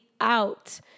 out